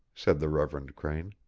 said the reverend crane.